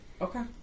Okay